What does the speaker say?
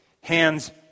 Hands